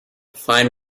fine